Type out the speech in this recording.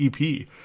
EP